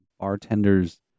bartenders